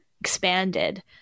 expanded